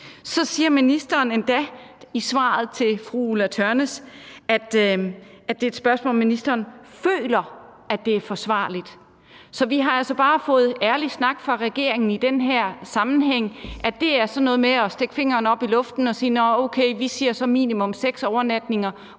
Så siger ministeren endda i svaret til fru Ulla Tørnæs, at det er et spørgsmål, om ministeren føler, at det er forsvarligt. Så vi har altså bare fået ærlig snak fra regeringen i den her sammenhæng. Det er sådan noget med at stikke fingeren op i luften og sige: Nå, okay, vi siger som minimum seks overnatninger